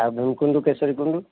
ଆଉ ଭୀମକୁଣ୍ଡ କେଶରୀ କୁଣ୍ଡ